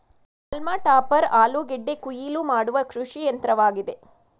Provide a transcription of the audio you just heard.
haulm topper ಆಲೂಗೆಡ್ಡೆ ಕುಯಿಲು ಮಾಡುವ ಕೃಷಿಯಂತ್ರವಾಗಿದೆ